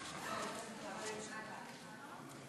במס רכישה אם לא יחליף את הדירות בתוך שנה.